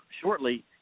shortly